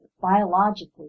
biologically